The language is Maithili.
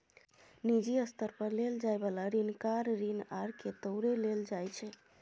निजी स्तर पर लेल जाइ बला ऋण कार ऋण आर के तौरे लेल जाइ छै